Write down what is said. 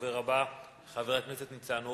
הדובר הבא, חבר הכנסת ניצן הורוביץ,